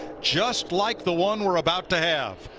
just like the one we are about to have.